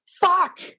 Fuck